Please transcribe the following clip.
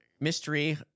mystery